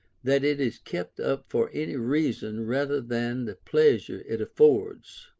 that it is kept up for any reason rather than the pleasure it affords.